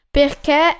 perché